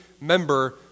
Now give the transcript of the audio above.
member